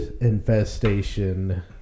infestation